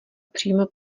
přímo